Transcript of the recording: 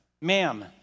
Ma'am